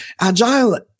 Agile